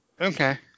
Okay